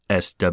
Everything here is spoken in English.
SW